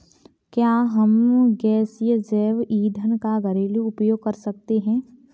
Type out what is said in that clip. क्या हम गैसीय जैव ईंधन का घरेलू उपयोग कर सकते हैं?